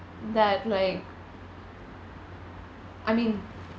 that like I mean